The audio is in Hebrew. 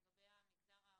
לגבי המגזר הערבי,